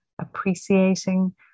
appreciating